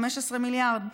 15 מיליארד.